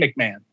McMahon